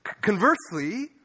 Conversely